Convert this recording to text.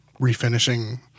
refinishing